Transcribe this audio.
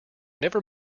never